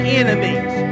enemies